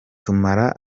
tumara